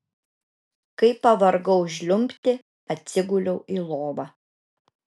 kai pavargau žliumbti atsiguliau į lovą